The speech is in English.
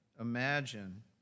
imagine